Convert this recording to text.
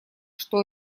что